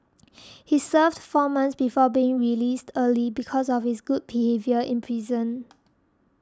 he served four months before being released early because of his good behaviour in prison